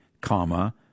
comma